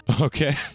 Okay